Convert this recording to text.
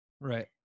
Right